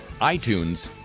iTunes